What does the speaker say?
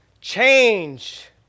change